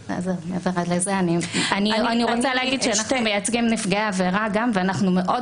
אנחנו מייצגים גם נפגעי עבירה ואנחנו מאוד